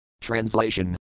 Translation